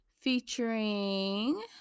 featuring